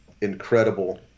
incredible